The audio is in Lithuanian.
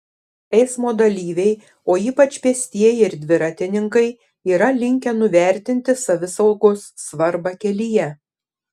eismo dalyviai o ypač pėstieji ir dviratininkai yra linkę nuvertinti savisaugos svarbą kelyje